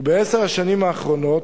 ובעשר השנים האחרונות,